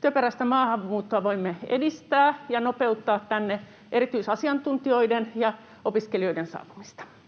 työperäistä maahanmuuttoa voimme edistää ja nopeuttaa erityisasiantuntijoiden ja opiskelijoiden tänne saapumista.